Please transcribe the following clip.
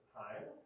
time